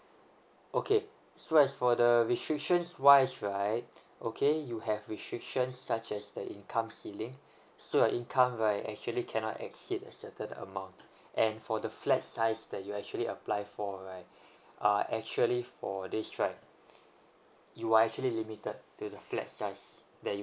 okay so as for the restrictions wise right okay you have restrictions such as that income ceiling so your income right actually cannot exceed a certain amount and for the flat size that you actually apply for right uh actually for this right you are actually limited to the flat size that you